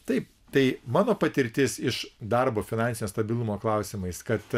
taip tai mano patirtis iš darbo finansinio stabilumo klausimais kad